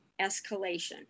escalation